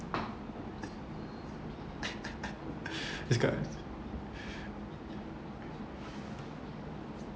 this got